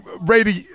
Brady